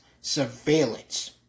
surveillance